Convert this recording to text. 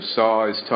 size